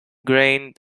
grained